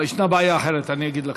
יש בעיה אחרת, אני אגיד לך.